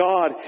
God